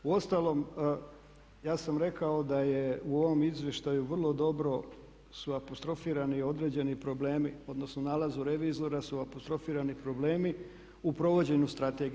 U ostalom ja sam rekao da je u ovom izvještaju vrlo dobro su apostrofirani određeni problemi, odnosno nalazu revizora su apostrofirani problemi u provođenju strategije.